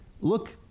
look